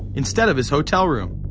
instead of his hotel room?